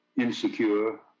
insecure